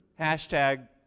hashtag